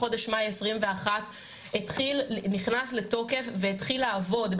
מחודש מאי 2021 נכנס לתוקף והתחיל לעבוד,